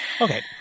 Okay